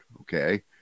okay –